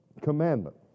commandment